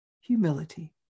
Humility